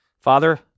Father